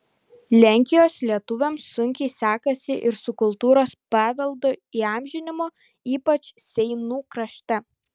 lenkijos lietuviams sunkiai sekasi ir su kultūros paveldo įamžinimu ypač seinų krašte